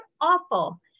awful